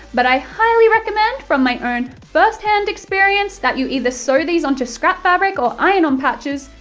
but i highly recommend, from my own firsthand experience, that you either sew these onto scrap fabric or iron on patches,